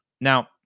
Now